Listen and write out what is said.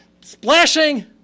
splashing